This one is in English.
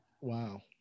Wow